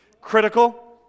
Critical